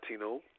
Latino